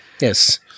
Yes